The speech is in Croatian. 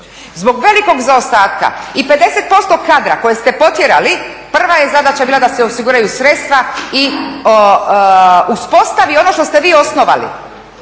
zbog velikog zaostatka i 50% kadra koje ste potjerali prva je zadaća bila da se osiguraju sredstva i uspostavi ono što ste vi osnovali.